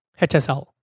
HSL